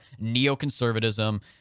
neoconservatism